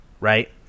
right